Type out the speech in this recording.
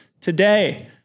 today